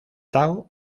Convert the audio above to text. tao